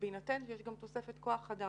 ובהינתן שיש גם תוספת כוח אדם.